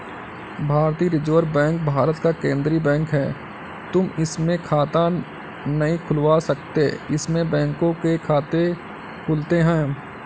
भारतीय reserve bank Bharat का केन्द्रीय बैंक है, तुम इसमें खाता नहीं खुलवा सकते इसमें बैंकों के खाते खुलते हैं